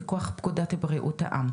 מכוח פקודת בריאות העם,